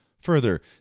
Further